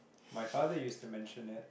my father used to mention it